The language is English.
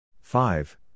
Five